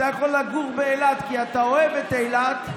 אתה יכול לגור באילת כי אתה אוהב את אילת,